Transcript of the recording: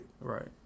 Right